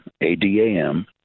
A-D-A-M